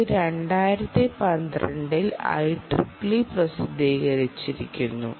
ഇത് 2012 ൽ IEEE പ്രസിദ്ധീകരിച്ചു